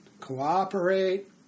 Cooperate